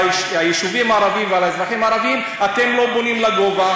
היישובים הערביים ועל האזרחים הערבים: אתם לא בונים לגובה.